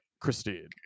Christine